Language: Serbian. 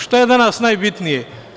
Šta je danas najbitnije?